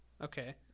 Okay